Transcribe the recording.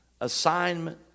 Assignment